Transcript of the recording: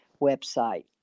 website